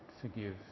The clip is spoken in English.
forgive